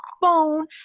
phone